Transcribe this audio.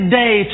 day